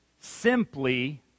simply